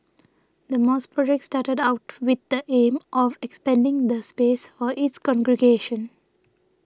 the mosque project started out with the aim of expanding the space for its congregation